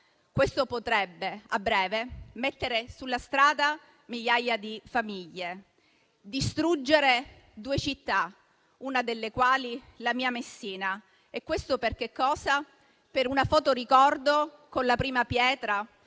questo potrebbe, a breve, mettere sulla strada migliaia di famiglie e distruggere due città, una delle quali è la mia Messina. E questo per cosa? Per una foto ricordo con la prima pietra?